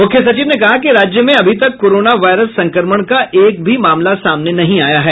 मुख्य सचिव ने कहा कि राज्य में अभी तक कोरोना वायरस संक्रमण का एक भी मामला सामने नहीं आया है